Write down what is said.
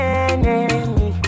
enemy